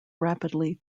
rapidly